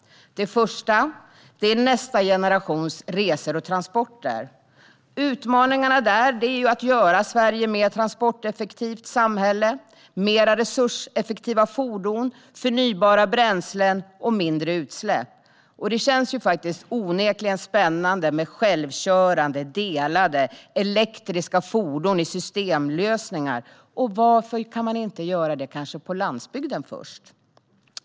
Det första handlar om nästa generations resor och transporter. Här är utmaningen att göra Sverige till ett mer transporteffektivt samhälle med mer resurseffektiva fordon, mer förnybara bränslen och mindre utsläpp. Det känns onekligen spännande med självkörande, delade och elektriska fordon i systemlösningar. Varför inte börja på landsbygden?